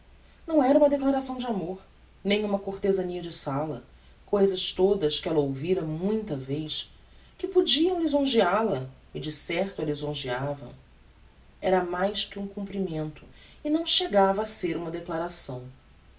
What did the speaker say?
não era uma declaração de amor nem uma cortezania de sala cousas todas que ella ouvira muita vez que podiam lisongea la e de certo a lisongeavam era mais que um comprimento e não chegava a ser uma declaração